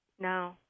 No